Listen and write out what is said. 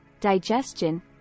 digestion